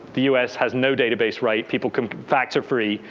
the us has no database right. people come back to free.